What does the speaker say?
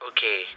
Okay